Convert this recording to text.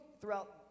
throughout